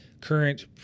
current